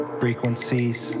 frequencies